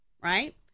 right